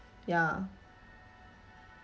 ya